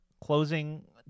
closing